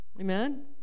Amen